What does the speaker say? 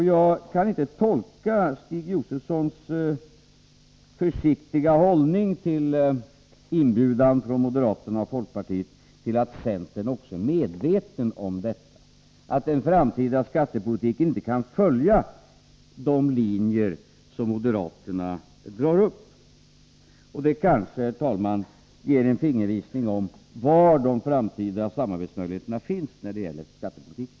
Jag kan inte tolka Stig Josefsons försiktiga hållning till inbjudan från moderaterna och folkpartiet på annat sätt än att centern också är medveten om detta, att en framtida skattepolitik inte kan följa de linjer som moderaterna drar upp. Det ger kanske, herr talman, en fingervisning om var de framtida samarbetsmöjligheterna finns när det gäller skattepolitiken.